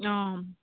অঁ